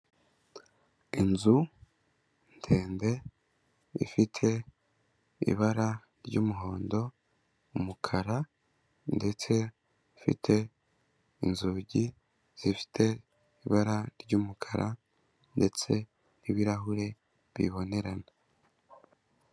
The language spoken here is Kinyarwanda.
Inzu ndende ifite ibara ry'umuhondo, umukara ndetse ifite inzugi zifite ibara ry'umukara ndetse n'ibirahuri bibonerana.